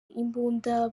imbunda